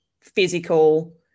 physical